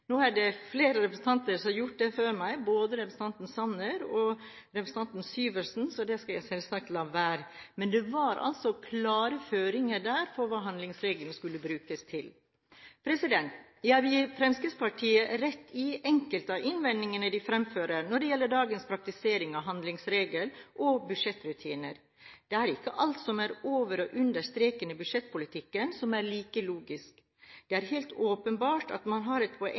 Nå er det flere representanter som har gjort det før meg, både representanten Sanner og representanten Syversen, så det skal jeg selvsagt la være. Men det var altså klare føringer der på hva handlingsregelen skulle brukes til. Jeg vil gi Fremskrittspartiet rett i enkelte av innvendingene de fremfører når det gjelder dagens praktisering av handlingsregel og budsjettrutiner. Det er ikke alt som er over og under streken i budsjettpolitikken, som er like logisk. Det er helt åpenbart at man har et poeng